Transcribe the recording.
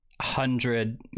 hundred